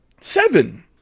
seven